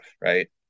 right